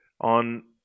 on